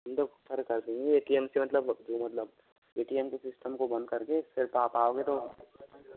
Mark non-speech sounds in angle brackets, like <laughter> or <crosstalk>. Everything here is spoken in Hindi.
<unintelligible> कर देंगे ए टी एम से मतलब वो मतलब ए टी एम के सिस्टम को बंद करके फिर तो आप आओगे तो